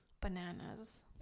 bananas